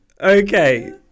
Okay